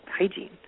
hygiene